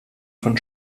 von